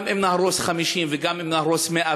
גם אם נהרוס 50 וגם אם נהרוס 100,